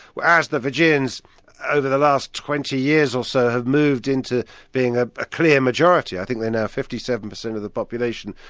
as the fijians over the last twenty years or so have moved into being a ah clear majority, i think they're now fifty seven percent of the population,